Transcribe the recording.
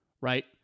right